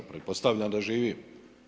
Pretpostavljam da živimo.